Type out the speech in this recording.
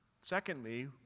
Secondly